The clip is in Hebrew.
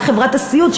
רק חברת הסיעוד,